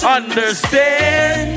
understand